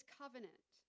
covenant